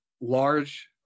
large